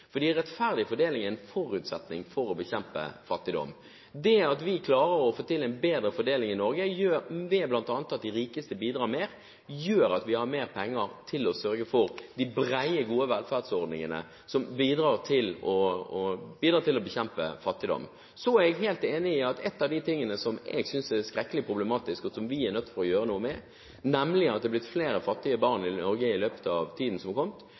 fordi rettferdig fordeling er en forutsetning for å bekjempe fattigdom. Det at vi klarer å få til en bedre fordeling i Norge, bl.a. ved at de rikeste bidrar mer, gjør at vi har mer penger til å sørge for de brede, gode velferdsordningene som bidrar til å bekjempe fattigdom. Så er jeg helt enig i at noe av det som er skrekkelig problematisk, og som vi er nødt til å gjøre noe med, er at det har blitt flere fattige barn i Norge i løpet av tiden som